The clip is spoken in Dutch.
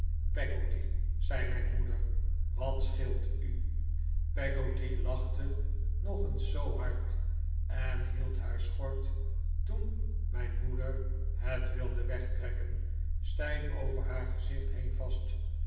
peggotty zei mijn moeder wat scheelt u peggotty lachte nog eens zoo hard en hield haar schort toen mijn moeder het wilde wegtrekken stijf over haar gezicht heen vast